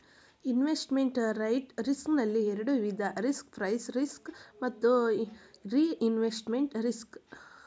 investment rate risk ನಲ್ಲಿ ಎರಡು ವಿಧ ರಿಸ್ಕ್ ಪ್ರೈಸ್ ರಿಸ್ಕ್ ಮತ್ತು ರಿಇನ್ವೆಸ್ಟ್ಮೆಂಟ್ ರಿಸ್ಕ್